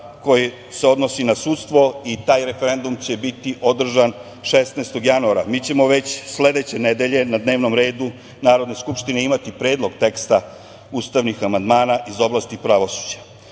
koji se odnosi na sudstvo i taj referendum će biti održan 16. januara. Mi ćemo već sledeće nedelje na dnevnom redu Narodne skupštine imati predlog teksta ustavnih amandmana iz oblasti pravosuđa. Što